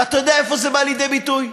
ואתה יודע איפה זה בא לידי ביטוי?